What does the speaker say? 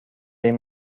این